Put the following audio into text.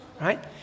Right